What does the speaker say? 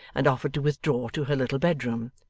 and offered to withdraw to her little bedroom.